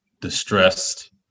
distressed